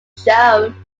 shown